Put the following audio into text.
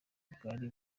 bwari